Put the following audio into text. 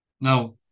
Now